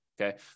Okay